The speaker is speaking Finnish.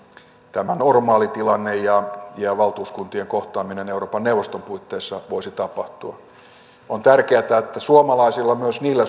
tämä normaali tilanne ja ja valtuuskuntien kohtaaminen euroopan neuvoston puitteissa voisi tapahtua on tärkeätä että suomalaisilla myös niillä